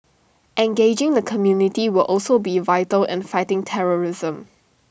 engaging the community will also be vital in fighting terrorism